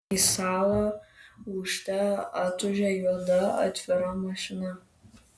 į salą ūžte atūžė juoda atvira mašina